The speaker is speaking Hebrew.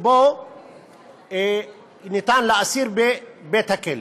שניתן לאסיר בבית-הכלא.